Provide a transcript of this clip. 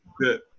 Good